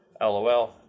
LOL